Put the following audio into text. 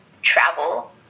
Travel